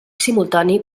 simultani